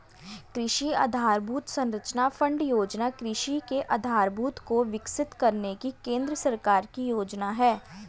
कृषि आधरभूत संरचना फण्ड योजना कृषि के आधारभूत को विकसित करने की केंद्र सरकार की योजना है